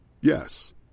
Yes